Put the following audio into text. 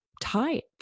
type